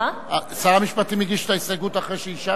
שר המשפטים הגיש את ההסתייגות אחרי שאישרתם?